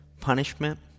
punishment